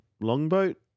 longboat